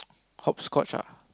hopscotch ah